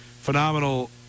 phenomenal